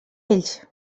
ells